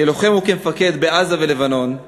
כלוחם וכמפקד בעזה ובלבנון,